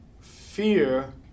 fear